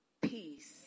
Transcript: Peace